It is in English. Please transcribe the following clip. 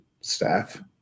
staff